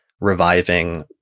reviving